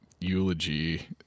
eulogy